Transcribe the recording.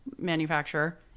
manufacturer